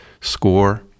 SCORE